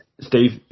Steve